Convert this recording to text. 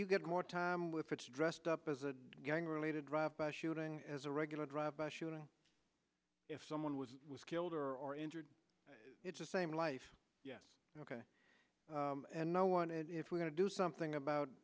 you get more time with it's dressed up as a gang related drive by shooting as a regular drive by shooting if someone was was killed or or injured it's the same life yes ok and no one it if we're going to do